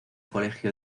colegio